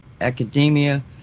Academia